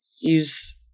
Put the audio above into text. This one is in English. use